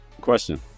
Question